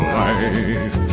life